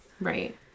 Right